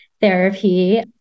therapy